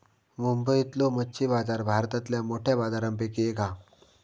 मुंबईतलो मच्छी बाजार भारतातल्या मोठ्या बाजारांपैकी एक हा